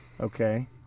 Okay